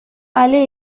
allait